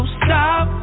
stop